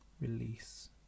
release